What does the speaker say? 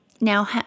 now